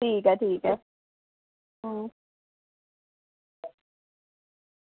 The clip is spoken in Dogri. ठीक ऐ ठीक ऐ अं